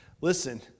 listen